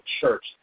church